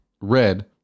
red